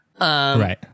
Right